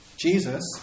Jesus